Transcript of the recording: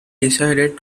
decided